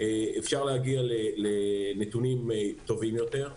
אפשר להגיע לנתונים טובים יותר.